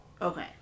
Okay